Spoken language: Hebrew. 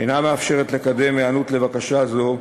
אינה מאפשרת לקדם היענות לבקשה זו,